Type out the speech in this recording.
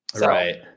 Right